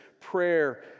prayer